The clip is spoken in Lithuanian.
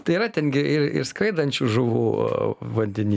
tai yra ten gi ir ir skraidančių žuvų vandeny